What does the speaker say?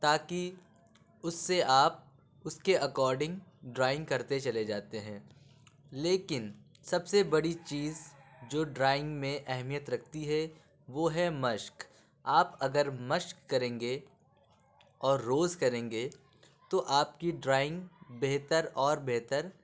تاکہ اُس سے آپ اُس کے اکاڈنگ ڈرائنگ کرتے چلے جاتے ہیں لیکن سب سے بڑی چیز جو ڈرائنگ میں اہمیت رکھتی ہے وہ ہے مشق آپ اگر مشق کریں گے اور روز کریں گے تو آپ کی ڈرائنگ بہتر اور بہتر